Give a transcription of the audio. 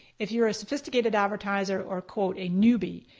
if you're a sophisticated advertiser or quote a newbie.